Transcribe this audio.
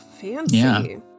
fancy